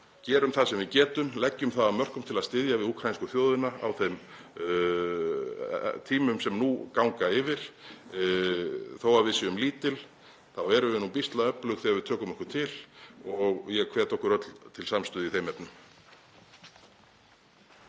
Gerum það sem við getum, leggjum það af mörkum til að styðja við úkraínsku þjóðina á þeim tímum sem nú ganga yfir. Þó að við séum lítil þá erum við nú býsna öflug þegar við tökum okkur til. Ég hvet okkur öll til samstöðu í þeim efnum.